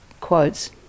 quotes